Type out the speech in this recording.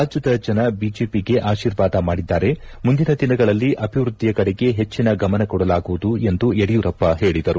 ರಾಜ್ಯದ ಜನ ಬಿಜೆಪಿಗೆ ಅಶೀರ್ವಾದ ಮಾಡಿದ್ದಾರೆ ಮುಂದಿನ ದಿನಗಳಲ್ಲಿ ಅಭಿವೃದ್ದಿಯ ಕಡೆಗೆ ಹೆಜ್ಜಿನ ಗಮನ ಕೊಡಲಾಗುವುದು ಎಂದು ಯಡಿಯೂರಪ್ಪ ಹೇಳಿದರು